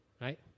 Right